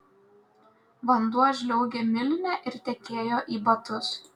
vanduo žliaugė miline ir tekėjo į batus